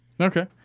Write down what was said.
Okay